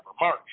March